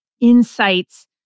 insights